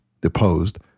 deposed